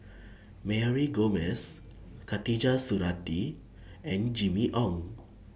Mary Gomes Khatijah Surattee and Jimmy Ong